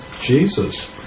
Jesus